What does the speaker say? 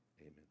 amen